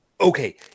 Okay